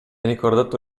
ricordato